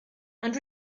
and